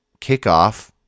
kickoff